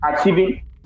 achieving